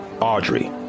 Audrey